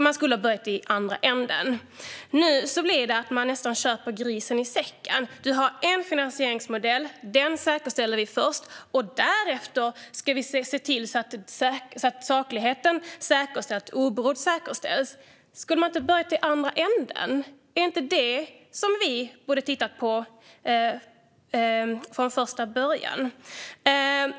Man skulle ha börjat i andra änden. Nu blir det att köpa grisen i säcken. Det finns en finansieringsmodell. Den säkerställs först. Därefter ska sakligheten och oberoendet säkerställs. Skulle man inte ha börjat i andra änden? Är det inte det vi borde ha tittat på från första början?